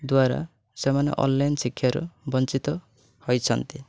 ଦ୍ଵାରା ସେମାନେ ଅନ୍ଲାଇନ୍ ଶିକ୍ଷାରୁ ବଞ୍ଚିତ ହୋଇଛନ୍ତି